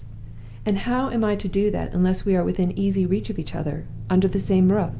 and how am i to do that unless we are within easy reach of each other, under the same roof?